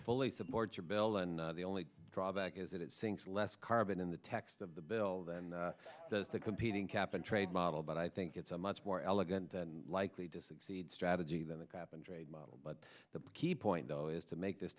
fully supports or bell and the only drawback is that it syncs less carbon in the text of the bill than does the competing cap and trade model but i think it's a much more elegant and likely to succeed strategy than the cap and trade model but the key point though is to make this